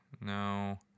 No